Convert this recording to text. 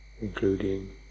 including